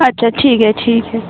अच्छा ठीक आहे ठीक आहे